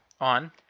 on